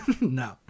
no